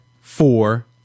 four